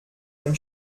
dem